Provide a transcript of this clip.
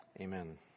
amen